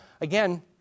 again